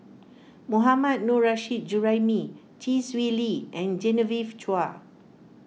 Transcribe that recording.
Mohammad Nurrasyid Juraimi Chee Swee Lee and Genevieve Chua